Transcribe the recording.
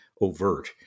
overt